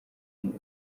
neza